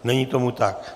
Není tomu tak.